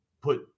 put